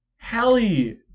Hallie